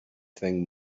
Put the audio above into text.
thing